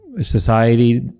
society